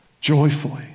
joyfully